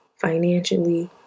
financially